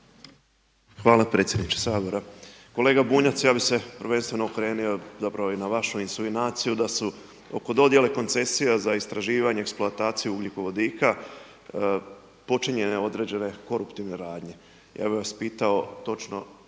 Hvala predsjedniče Sabora. Kolega Bunjac, ja bih se prvenstveno okrenuo, zapravo na vašu insinuaciju da su oko dodjele koncesija za istraživanje, eksploataciju ugljikovodika počinjene određene koruptivne radnje. Ja bih vas pitao točno